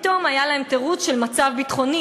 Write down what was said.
פתאום היה להם תירוץ של מצב ביטחוני,